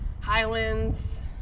Highlands